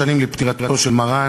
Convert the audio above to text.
חברת הכנסת רוזין,